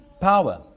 power